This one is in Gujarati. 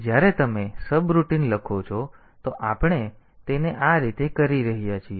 તેથી જ્યારે તમે સબરૂટિન લખો છો તો આપણે તેને આ રીતે કરી રહ્યા છીએ